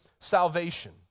salvation